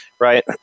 Right